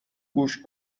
گوش